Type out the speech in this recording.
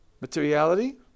materiality